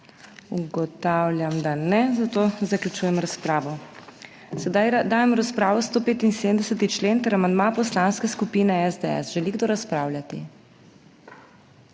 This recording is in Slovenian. Ugotavljam, da ne, zato zaključujem razpravo. Sedaj dajem v razpravo 175. člen ter amandma Poslanske skupine SDS. Želi kdo razpravljati?